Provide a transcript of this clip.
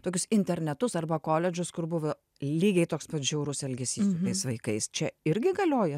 tokius internatus arba koledžus kur buvo lygiai toks pat žiaurus elgesys su tais vaikais čia irgi galioja